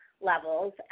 levels